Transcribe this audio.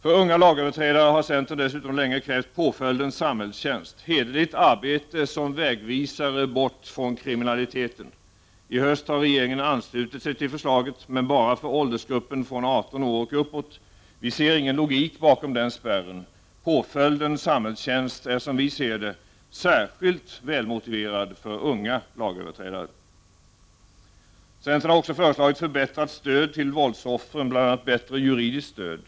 För unga lagöverträdare har centern dessutom länge krävt påföljden samhällstjänst — hederligt arbete som vägvisare bort från kriminaliteten. I höst har regeringen anslutit sig till förslaget men bara för åldersgruppen från 18 år och uppåt. Vi i centern ser ingen logik bakom den spärren. Påföljden samhällstjänst är, som vi ser det, särskilt välmotiverad för unga lagöverträdare. Centern har också föreslagit förbättrat stöd till våldsoffren, bl.a. bättre juridiskt stöd.